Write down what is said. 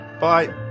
Bye